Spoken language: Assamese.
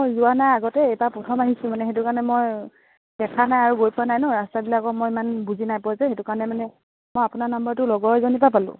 মই যোৱা নাই আগতে এটা প্ৰথম আহিছোঁ মানে সেইটো কাৰণে মই দেখা নাই আৰু গৈ পোৱা নাই ন ৰাস্তাবিলাকো মই ইমান বুজি নাই পোৱা যে সেইটো কাৰণে মানে মই আপোনাৰ নাম্বাৰটো লগৰ এজনীৰপৰা পালোঁ